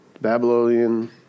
Babylonian